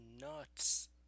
nuts